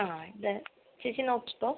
ആ ഇത് ചേച്ചി നോക്കിക്കോ